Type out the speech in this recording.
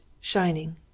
shining